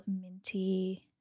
minty